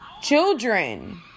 children